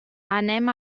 anem